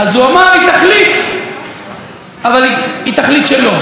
אז הוא אמר: היא תחליט, אבל היא תחליט שלא.